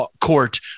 court